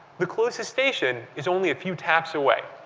the closest station is only a few taps away.